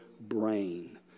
brain